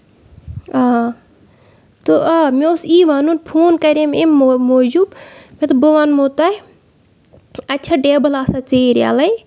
آ تہٕ آ مےٚ اوس یی وَنُن فون کَرے مےٚ اَمہِ موٗجوٗب مےٚ دوٚپ بہٕ وَنہوو تۄہہِ اَتہِ چھا ٹیبٕل آسان ژیٖر ییٚلے